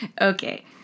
Okay